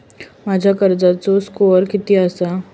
माझ्या कर्जाचो स्कोअर किती आसा?